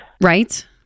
Right